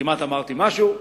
כמעט אמרתי משהו,